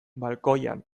balkoian